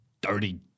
dirty